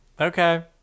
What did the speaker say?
okay